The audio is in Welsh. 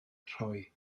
rhoi